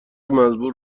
مزبور